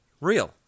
real